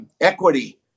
equity